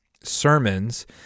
sermons